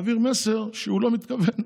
מעביר מסר שהוא לא מתכוון,